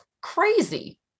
crazy